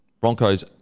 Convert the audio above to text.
Broncos